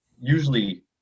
usually